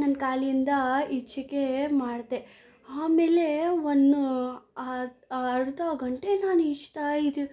ನನ್ನ ಕಾಲಿಂದ ಈಜಕ್ಕೆ ಮಾಡಿದೆ ಆಮೇಲೆ ಒನ್ ಅರ್ ಅರ್ಧ ಗಂಟೆ ನಾನು ಈಜ್ತಾ ಇದ್ದೆ